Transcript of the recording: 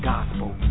Gospel